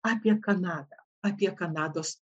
apie kanadą apie kanados